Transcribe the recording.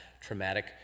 traumatic